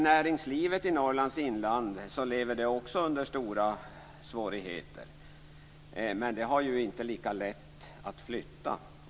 Näringslivet i Norrlands inland lever också under stora svårigheter, men det har inte lika lätt att flytta.